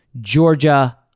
Georgia